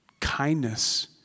kindness